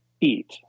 eat